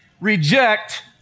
reject